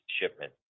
shipment